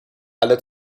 alle